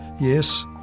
yes